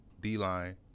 D-line